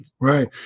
Right